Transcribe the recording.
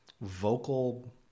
vocal